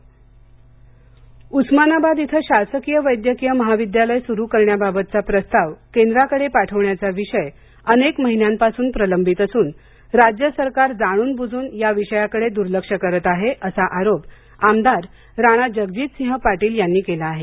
उस्मानाबाद उस्मानाबाद इथ शासकीय वैद्यकीय महाविद्यालय सुरू करण्याबाबतचा प्रस्ताव केंद्राकडे पाठवण्याचा विषय अनेक महिन्यांपासून प्रलंबित असून राज्य सरकार जाणून बुजून या विषयाकडे दूर्लक्ष करत आहे असा आरोप आमदार राणा जगजितसिंह पाटील यांनी केला आहे